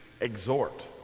exhort